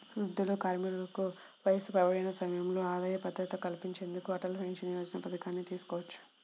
వృద్ధులు, కార్మికులకు వయసు పైబడిన సమయంలో ఆదాయ భద్రత కల్పించేందుకు అటల్ పెన్షన్ యోజన పథకాన్ని తీసుకొచ్చారు